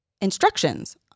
instructions